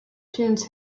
tunes